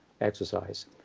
exercise